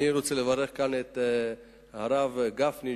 אני רוצה לברך כאן את הרב גפני,